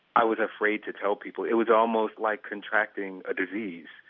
i was afraid to tell people. it was almost like contracting a disease,